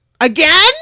Again